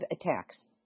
attacks